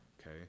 okay